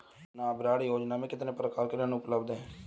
नाबार्ड योजना में कितने प्रकार के ऋण उपलब्ध हैं?